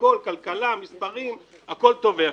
הכול כלכלה, מספרים, הכול טוב ויפה.